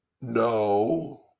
no